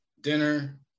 dinner